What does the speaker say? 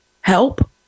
help